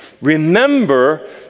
Remember